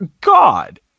God